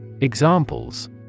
Examples